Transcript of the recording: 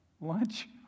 lunch